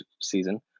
season